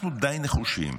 אנחנו די נחושים.